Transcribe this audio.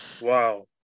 wow